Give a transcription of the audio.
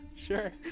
Sure